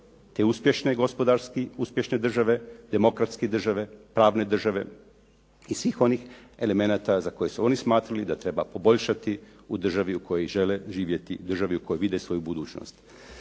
te uspješne gospodarski, uspješne države, demokratske države, pravne države i svih onih elemenata za koje su oni smatrali da treba poboljšati u državi u kojoj žele živjeti, državi u kojoj vide svoju budućnost.